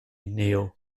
neil